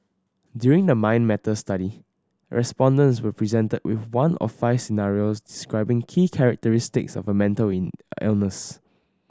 during the Mind Matters study respondents were presented with one of five scenarios describing key characteristics of a mental illness